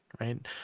right